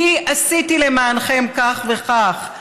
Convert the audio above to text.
כי עשיתי למענכם כך וכך,